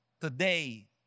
today